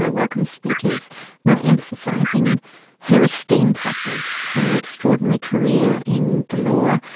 um welcome speakers were emphasising her esteem factors, her extraordinary career in the law.